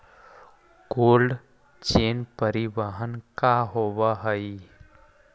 Cold chain परिवहन का होव हइ?